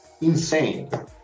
insane